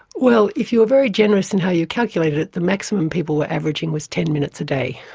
well, if you were very generous in how you calculated it, the maximum people were averaging was ten minutes a day.